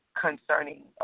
concerning